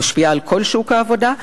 היא משפיעה על כל שוק העבודה,